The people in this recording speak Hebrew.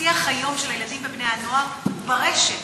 היום השיח של הילדים ובני-הנוער הוא ברשת,